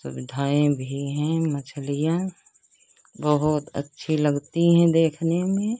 सुविधाएँ भी है मछलियाँ बहुत अच्छी लगती हैं देखने में